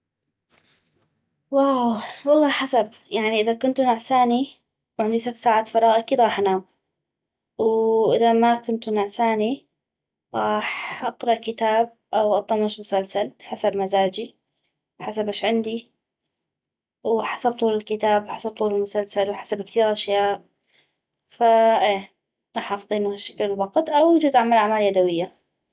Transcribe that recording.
واو والله حسب يعني اذا كنتو نعساني وعندي ثث ساعات فراغ اكيد غاح أنام واذا ما كنتو نعساني غاح اقرا كاتب او اطمش مسلسل حسب مزاجي حسب اش عندي وحسب طول الكتاب وحسب طول المسلسل وحسب كثيغ أشياء ف اي غاح اقضينو هشكل الوقت او يجوز اعمل أعمال يدوية